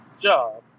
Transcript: job